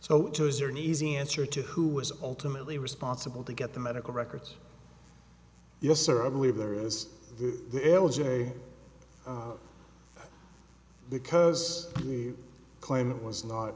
so those are an easy answer to who was ultimately responsible to get the medical records yes or i believe there is because the claimant was not